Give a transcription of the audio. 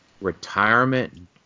Retirement